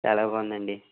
చాలా బాగుందండి